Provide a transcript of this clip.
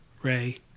Ray